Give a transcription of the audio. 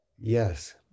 Yes